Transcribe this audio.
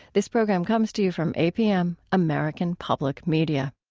this program comes to you from apm, american public media